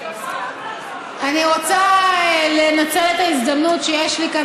אני רוצה לנצל את ההזדמנות שיש לי כאן